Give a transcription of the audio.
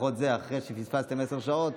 לפחות זה אחרי שפספסתם עשר שעות.